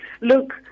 Look